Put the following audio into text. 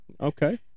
Okay